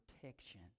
protection